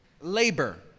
labor